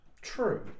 True